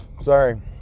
sorry